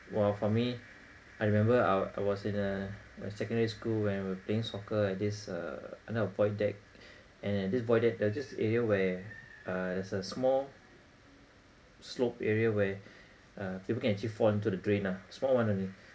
well for me I remember I wa~ I was in uh my secondary school where we're playing soccer at this uh at our void deck and this void deck there's this area where uh there's a small slope area where uh people can actually fall into the drain ah small one only